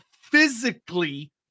physically